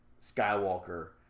Skywalker